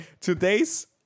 today's